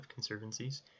conservancies